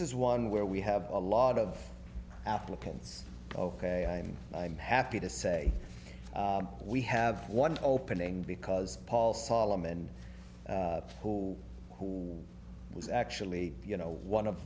is one where we have a lot of applicants ok i'm i'm happy to say we have one opening because paul solomon who who was actually you know one of